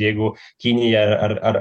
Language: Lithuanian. jeigu kinija ar ar